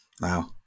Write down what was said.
Wow